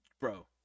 bro